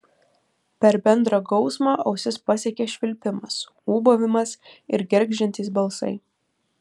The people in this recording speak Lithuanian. per bendrą gausmą ausis pasiekė švilpimas ūbavimas ir gergždžiantys balsai